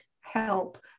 help